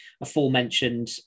aforementioned